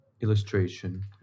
illustration